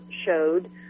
showed